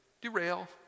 derail